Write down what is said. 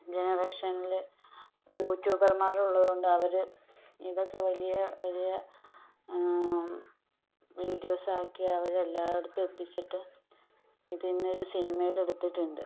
ജനറേഷനിൽ യൂട്യൂബർമാറുള്ളത് കൊണ്ട് അവർ ഇതൊക്കെ വലിയ വലിയ വീഡിയോസാക്കി അവർ എല്ലാ ഇടത്തും എത്തിച്ചിട്ട് ഇതിന് ഒരു സിനിമയിൽ എടുത്തിട്ടുണ്ട്